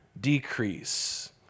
decrease